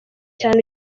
cyane